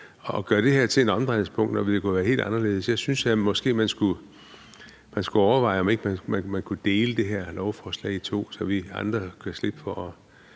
at gøre det her til et omdrejningspunkt, når det kunne være helt anderledes? Jeg synes måske, man skulle overveje, om ikke man kunne dele det her lovforslag i to, så vi andre kan slippe for at